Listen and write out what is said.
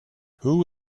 who